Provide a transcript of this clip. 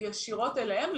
ישירות אליהם,